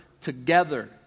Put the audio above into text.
together